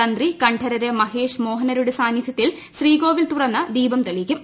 തന്ത്രി കണ്ഠര് മഹേഷ് മോഹനരുടെ സാന്നിധ്യത്തിൽ ശ്രീകോവിൽ തുറന്ന് ദീപം തെളിക്കും